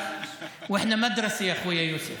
מה שלום אחי יוסף?)